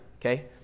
okay